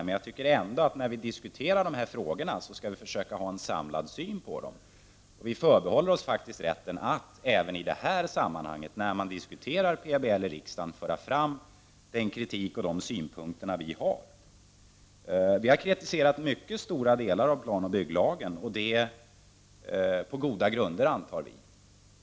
Men jag tycker ändå att när vi diskuterar dessa frågor skall vi försöka ha en samlad syn på dem. Vi moderater förbehåller oss rätten att även i det här sammanhanget, när man diskuterar PBL i riksdagen, föra fram den kritik och de synpunkter vi har. Vi har kritiserat mycket stora delar av planoch bygglagen och det på goda grunder.